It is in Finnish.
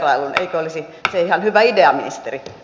eikö olisi se ihan hyvä idea ministeri